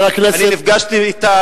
אני נפגשתי אתם,